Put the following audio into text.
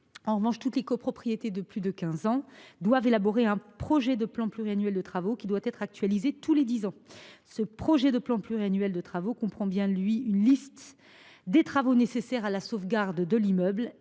Toutefois, toutes les copropriétés de plus de quinze ans doivent élaborer un projet de plan pluriannuel de travaux, qui doit être actualisé tous les dix ans. Ce projet de plan pluriannuel comprend bien, lui, une liste des travaux nécessaires à la sauvegarde de l’immeuble